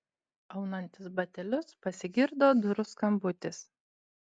aunantis batelius pasigirdo durų skambutis